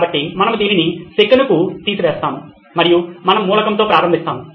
కాబట్టి మనము దీనిని సెకనుకు తీసివేస్తాము మరియు మనము మూలకంతో ప్రారంభిస్తాము